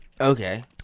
Okay